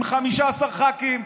עם 15 ח"כים,